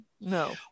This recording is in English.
No